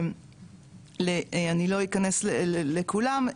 אני לא אכנס לכולם,